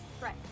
Right